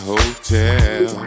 Hotel